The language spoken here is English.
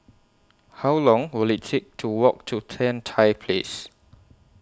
How Long Will IT Take to Walk to Tan Tye Place